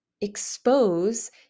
expose